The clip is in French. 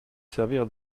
servir